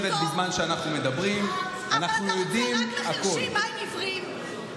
למישהו עם בעיית שמיעה ואם אתה צריך פטור למישהו עם בעיית ראייה,